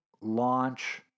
launch